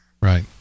Right